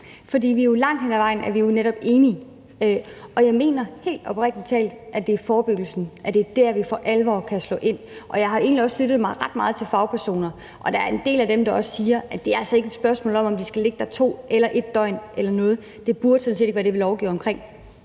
beretning, for langt hen ad vejen er vi jo netop enige; og jeg mener helt oprigtig talt, at det er med forebyggelsen, vi for alvor kan slå til. Jeg har egentlig også lyttet ret meget til fagpersoner, og der er en del af dem, der også siger, at det altså ikke er et spørgsmål om, om de skal ligge der 1 eller 2 døgn eller sådan noget, og at det sådan set ikke burde være det, vi lovgav omkring.